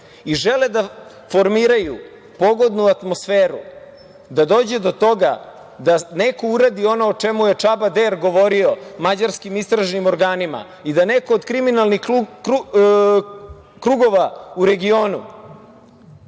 i žele da formiraju pogodnu atmosferu da dođe do toga da neko uradi ono o čemu je Čaba Der govorio mađarskim istražnim organima i da neko od kriminalnih krugova u regionu